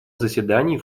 заседаний